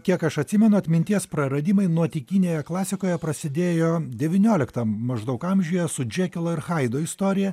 kiek aš atsimenu atminties praradimai nuotykinėje klasikoje prasidėjo devynioliktam maždaug amžiuje su džekilo ir haido istorija